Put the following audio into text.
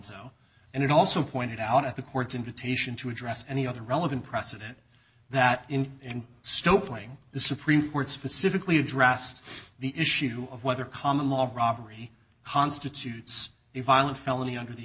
o and it also pointed out at the court's invitation to address any other relevant precedent that in and stop playing the supreme court specifically addressed the issue of whether common law robbery constitutes a violent felony under the